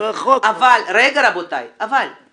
אבל כל